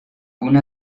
una